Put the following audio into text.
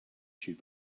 shoes